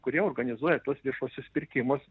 kurie organizuoja tuos viešuosius pirkimus